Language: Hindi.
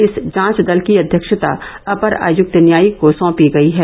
इस जांच दल की अध्यक्षता अपर आयुक्त न्यायिक को साँपी गयी है